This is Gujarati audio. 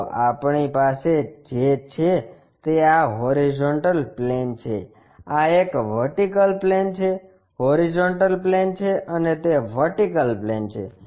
તો આપણી પાસે જે છે તે આ હોરીઝોન્ટલ પ્લેન છે આ એક વર્ટિકલ પ્લેન છે હોરીઝોન્ટલ પ્લેન છે અને તે વર્ટિકલ પ્લેન છે